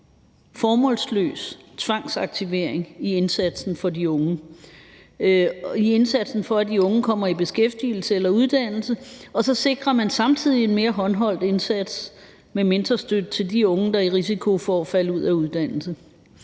formålsløs tvangsaktivering i indsatsen for, at de unge kommer i beskæftigelse eller uddannelse, og man sikrer samtidig en mere håndholdt indsats med mentorstøtte til de unge, der er i risiko for at falde ud af deres uddannelse.